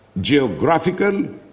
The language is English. geographical